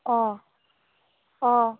অ অ